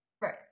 right